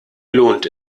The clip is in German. lohnt